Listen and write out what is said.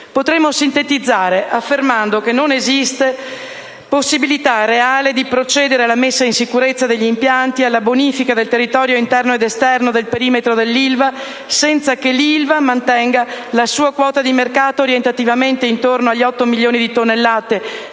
Potremmo sintetizzare affermando che non esiste possibilità reale di procedere alla messa in sicurezza degli impianti e alla bonifica del territorio interno ed esterno del perimetro dell'Ilva senza che l'Ilva mantenga la sua quota di mercato, orientativamente attorno agli 8 milioni di tonnellate,